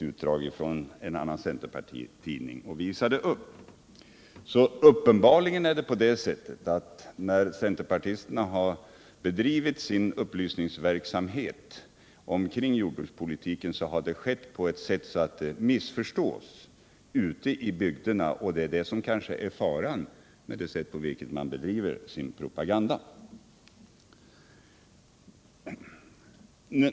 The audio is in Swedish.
Uppenbarligen är det så att när centerpartisterna har bedrivit sin upplysningsverksamhet omkring jordbrukspolitiken har det skett på ett sätt som missförstås ute i bygderna. Kanske är detta faran med det sätt på vilket de bedriver sin propaganda.